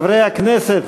טעות.